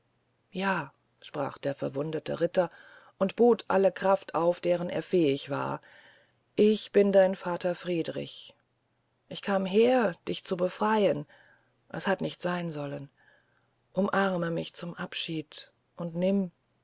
ja sprach der verwundete ritter und bot alle kraft auf deren er fähig war ich bin dein vater friedrich ich kam her dich zu befreyen es hat nicht seyn sollen umarme mich zum abschied und nimm